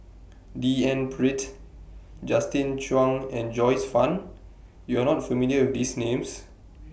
D N Pritt Justin Zhuang and Joyce fan YOU Are not familiar with These Names